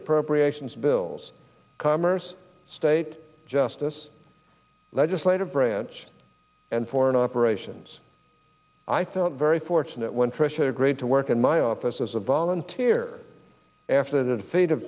appropriations bills commerce state justice legislative branch and foreign operations i felt very fortunate when tricia agreed to work in my office as a volunteer after the defeat of